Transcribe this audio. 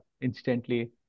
instantly